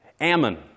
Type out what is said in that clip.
Ammon